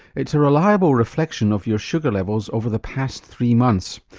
it's a reliable reflection of your sugar levels over the past three months.